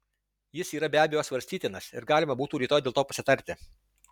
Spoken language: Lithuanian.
jis yra be abejo svarstytinas ir galima būtų rytoj dėl to pasitarti